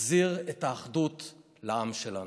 נחזיר את האחדות לעם שלנו.